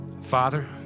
Father